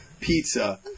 pizza